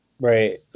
Right